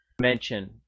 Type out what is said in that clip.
mention